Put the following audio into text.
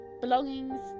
belongings